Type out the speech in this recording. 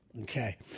Okay